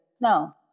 No